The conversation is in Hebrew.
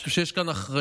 אני חושב שיש אחריות